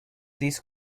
this